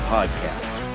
Podcast